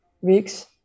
weeks